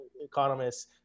economists